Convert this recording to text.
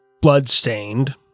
blood-stained